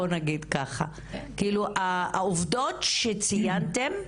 העובדות שציינתם,